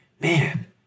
Man